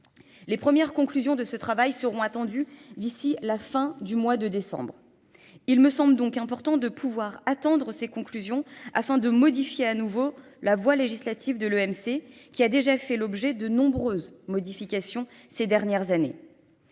Les premières conclusions de ce travail seront attendues d'ici la fin du mois de décembre. Il me semble donc important de pouvoir attendre ces conclusions afin de modifier à nouveau la voie législative de l'EMC qui a déjà fait l'objet de nombreuses modifications ces dernières années.